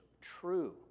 true